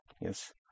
Yes